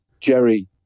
jerry